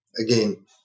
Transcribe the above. again